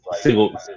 Single